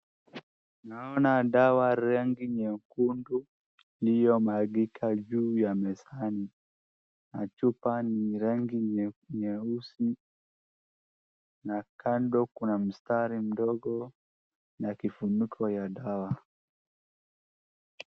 Naona dawa ya rangi nyekundu iliyomwagika juu ya meza na chupa ya rangi nyeusi na kando kuna msitari mdogo na kifuniko ya dawa.